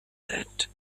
that